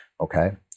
okay